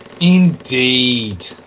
Indeed